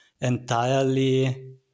entirely